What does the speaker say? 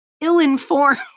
ill-informed